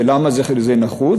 ולמה זה נחוץ?